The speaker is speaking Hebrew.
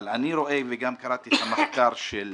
אבל אני רואה, וגם קראתי את המחקר של